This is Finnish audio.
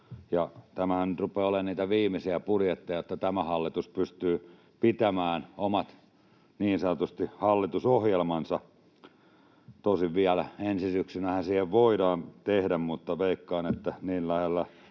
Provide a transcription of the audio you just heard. Tämähän nyt rupeaa olemaan niitä viimeisiä budjetteja, jotta tämä hallitus pystyy pitämään omat niin sanotusti hallitusohjelmansa. Tosin vielä ensi syksynähän voidaan tehdä, mutta veikkaan, että niin lähellä